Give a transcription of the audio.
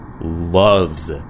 loves